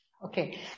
Okay